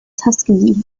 tuskegee